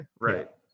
Right